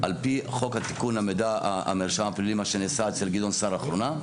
מה שנעשה אצל גדעון סער לאחרונה,